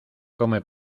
come